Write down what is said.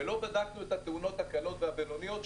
ולא בדקנו את התאונות הקלות והבינוניות,